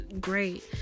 great